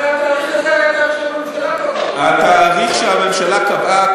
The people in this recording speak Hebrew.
הרי התאריך היה התאריך שהממשלה קבעה.